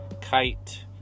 kite